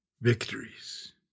victories